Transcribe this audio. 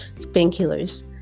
Painkillers